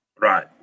Right